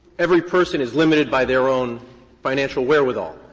every person is limited by their own financial wherewithal.